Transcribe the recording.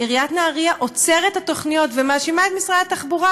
עיריית נהריה עוצרת את התוכניות ומאשימה את משרד התחבורה,